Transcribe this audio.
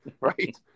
right